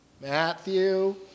Matthew